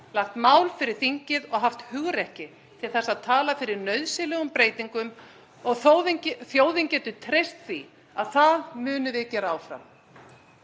lagt mál fyrir þingið og haft hugrekki til þess að tala fyrir nauðsynlegum breytingum og þjóðin getur treyst því að það munum við gera áfram.